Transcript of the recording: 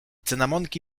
cynamonki